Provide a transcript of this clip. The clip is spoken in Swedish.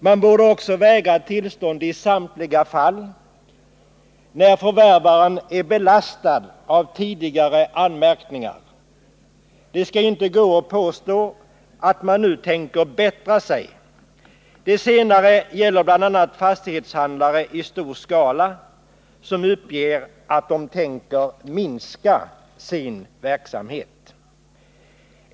Man borde också vägra tillstånd i samtliga fall när förvärvaren är belastad av tidigare anmärkningar — det skall inte gå för honom att påstå att han nu tänker bättra sig. Det senare gäller bl.a. dem som är fastighetshandlare i stor skala men som uppger att de tänker minska sin verksamhet.